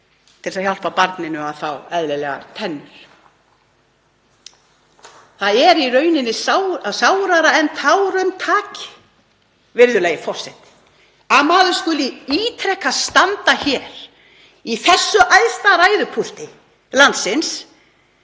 að reyna að hjálpa barninu að fá eðlilegar tennur. Það er sárara en tárum taki, virðulegi forseti, að maður skuli ítrekað standa hér í þessu æðsta ræðupúlti landsins